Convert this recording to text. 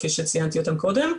כפי שציינתי אותם קודם,